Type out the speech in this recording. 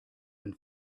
and